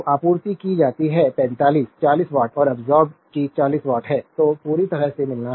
तो आपूर्ति की जाती है 45 40 वाट और अब्सोर्बेद भी 40 वाट है तो पूरी तरह से मिलान